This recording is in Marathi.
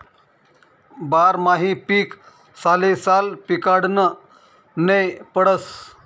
बारमाही पीक सालेसाल पिकाडनं नै पडस